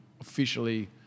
officially